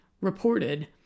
reported